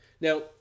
Now